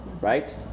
right